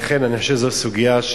לכן זאת סוגיה,